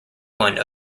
one